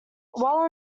while